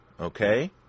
okay